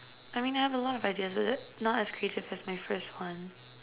I mean you have a lot of ideas but they're not as creative as my first one